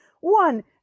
one